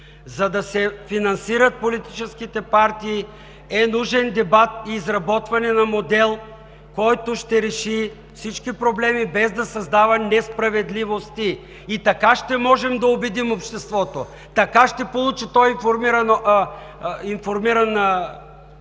За да се финансират политическите партии, е нужен дебат и изработване на модел, който ще реши всички проблеми, без да създава несправедливости! И така ще можем да убедим обществото (председателят дава сигнал,